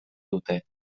dute